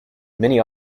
many